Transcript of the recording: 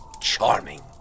Charming